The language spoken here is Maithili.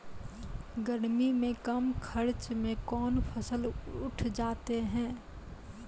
गर्मी मे कम खर्च मे कौन फसल उठ जाते हैं?